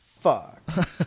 Fuck